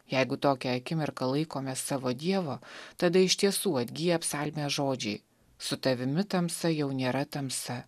jeigu tokią akimirką laikome savo dievu tada iš tiesų atgyja psalmės žodžiai su tavimi tamsa jau nėra tamsa